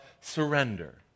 surrender